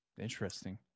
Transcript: Interesting